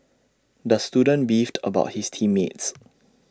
the student beefed about his team mates